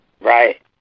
Right